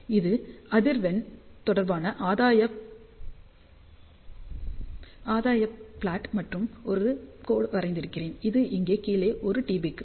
இது அதிர்வெண் தொடர்பான ஆதாய ப்லாட் மற்றும் நான் ஒரு கோடு வரைந்திருக்கிறேன் அது இதுக்கு கீழே 1 டி